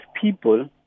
people